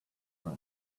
man